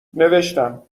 نوشتم